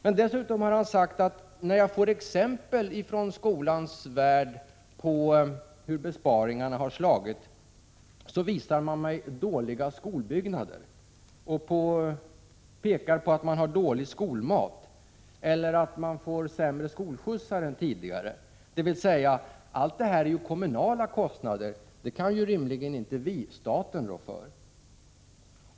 Bengt Göransson har dessutom sagt: När jag får exempel från skolans värld på hur besparingarna har slagit, visar man mig dåliga skolbyggnader och pekar på att man har dålig skolmat eller på att eleverna får sämre skolskjutsar än tidigare. Men allt detta är ju kommunala kostnader. Att det blivit så kan rimligen inte vi, staten, rå för.